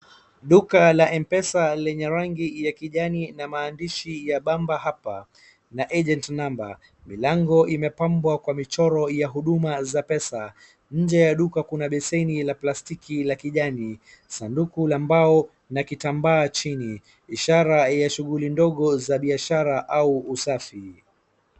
Duka la mpesa yenye rangi ya kijani na maandishi ya bamba hapa na agent number milango imepambwa kwa michoro ya huduma za pesa nje kuna beseni ta plastiki ya kijani , sanduku la mbao na kitambaa chini ishara ya shughuli ndogo za biashara au usafi.